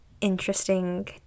interesting